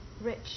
rich